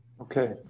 Okay